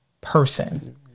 person